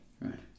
Right